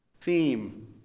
theme